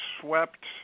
swept